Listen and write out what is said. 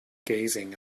gazing